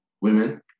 women